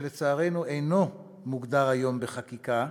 שלצערנו אינו מוגדר היום בחקיקה,